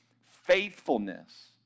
faithfulness